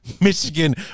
Michigan